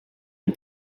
and